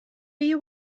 you